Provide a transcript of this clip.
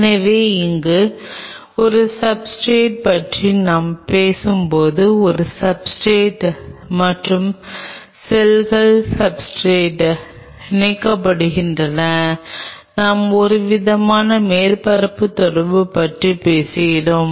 எனவே இங்கே ஒரு சப்ஸ்ர்டேட் பற்றி நாம் பேசும்போது ஒரு சப்ஸ்ர்டேட் மற்றும் செல்கள் சப்ஸ்ர்டேட் இணைக்கப்படுகின்றன நாம் ஒருவித மேற்பரப்பு தொடர்பு பற்றி பேசுகிறோம்